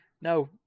no